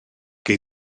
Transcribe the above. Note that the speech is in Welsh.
gei